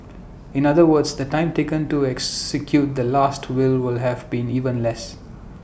in other words the time taken to execute the Last Will would have been even less